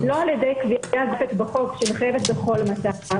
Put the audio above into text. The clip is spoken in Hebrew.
לא על ידי קביעה בחוק שמחייבת בכל מצב.